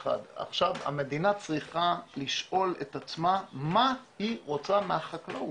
המדינה צריכה לשאול את עצמה מה היא רוצה מהחקלאות.